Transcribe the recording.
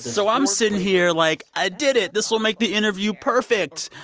so i'm sitting here like, i did it. this will make the interview perfect.